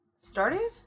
started